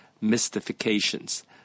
mystifications